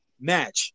match